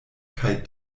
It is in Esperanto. kaj